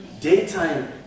Daytime